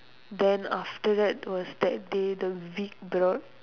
then after that was that day the week brought